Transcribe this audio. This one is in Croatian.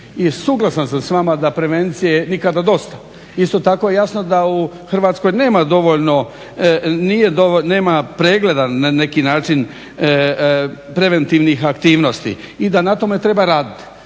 I suglasan sam s vama da prevencije nikada dosta. Isto tako je jasno da u Hrvatskoj nema pregleda na neki način preventivnih aktivnosti i da na tome treba raditi.